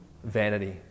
vanity